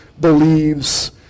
believes